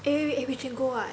eh wait wait we can go [what]